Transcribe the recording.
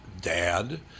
dad